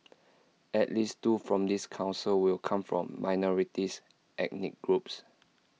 at least two from this Council will come from minority ethnic groups